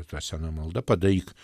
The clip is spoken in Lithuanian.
ta sena malda padaryk